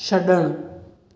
छड॒णु